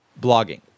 blogging